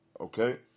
okay